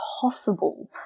possible